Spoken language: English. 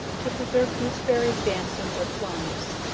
to preserve goosberries, damsons, or plumbs